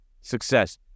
success